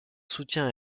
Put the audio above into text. soutien